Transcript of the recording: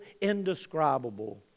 indescribable